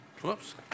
whoops